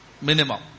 Minimum